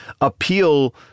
appeal